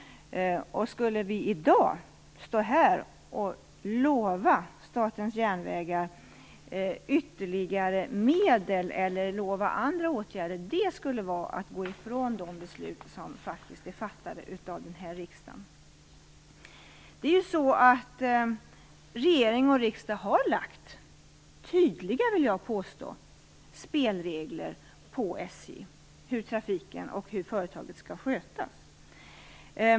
Om vi i dag skulle stå här och lova Statens järnvägar ytterligare medel eller lova andra åtgärder skulle det vara att gå ifrån de beslut som faktiskt är fattade av den här riksdagen. Jag vill påstå att regeringen och riksdagen har lagt fram tydliga spelregler för SJ för hur trafiken och företaget skall skötas.